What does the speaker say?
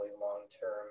long-term